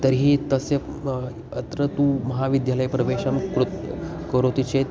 तर्हि तस्य अत्र तु महाविद्यालयप्रवेशः कृतः करोति चेत्